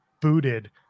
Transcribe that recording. booted